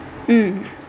mm